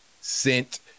sent